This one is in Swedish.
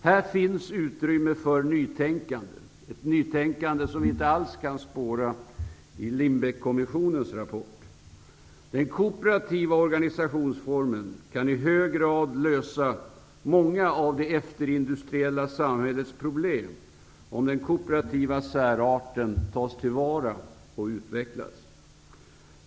Här finns utrymme för ett nytänkande som vi inte alls kan spåra i Lindbeckkommissionens rapport. Den kooperativa organisationsformen kan i hög grad lösa många av det efterindustriella samhällets problem om den kooperativa särarten tas till vara och utvecklas.